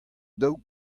dav